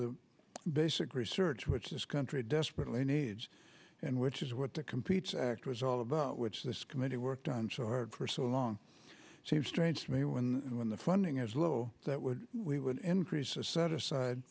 the basic research which this country desperately needs and which is what the competes act was all about which this committee worked on so hard for so long it seemed strange to me when when the funding is low that would we would increase a set aside